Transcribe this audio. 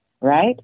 Right